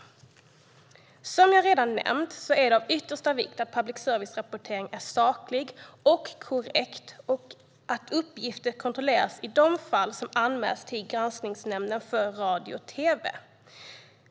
Som jag redan har nämnt är det av yttersta vikt att rapporteringen från public service är saklig och korrekt och att uppgifter kontrolleras i de fall som anmäls till Granskningsnämnden för radio och tv.